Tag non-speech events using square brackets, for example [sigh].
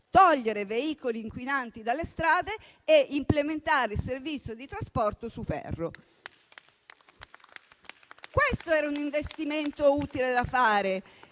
togliere veicoli inquinanti dalle strade e implementare il servizio di trasporto su ferro. [applause] Questo era un investimento utile da fare.